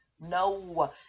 no